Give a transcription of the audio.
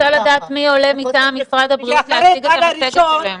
אחרי הגל הראשון,